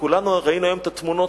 וכולנו ראינו היום את התמונות,